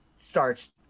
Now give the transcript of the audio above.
starts